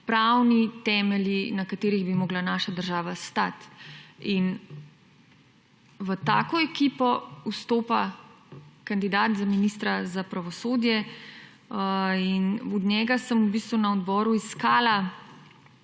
pravni temelji, na katerih bi morala naša država stati in v tako ekipo vstopa kandidat za ministra za pravosodje in od njega sem v bistvu na odboru iskala